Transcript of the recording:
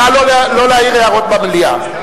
נא לא להעיר הערות במליאה.